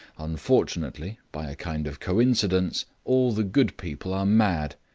unfortunately, by a kind of coincidence, all the good people are mad,